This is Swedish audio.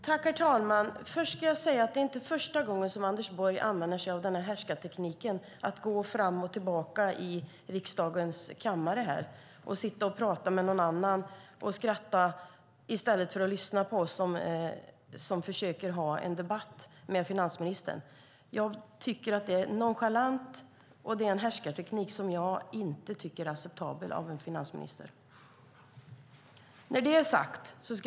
Herr talman! Det är inte första gången som Anders Borg använder sig av härskartekniken att gå fram och tillbaka i riksdagens kammare eller sitta och prata med någon och skratta i stället för att lyssna på oss som försöker ha en debatt med finansministern. Jag tycker att det är nonchalant och en härskarteknik som jag inte tycker är acceptabel hos en finansminister.